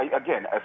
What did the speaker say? again